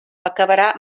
acabarà